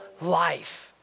life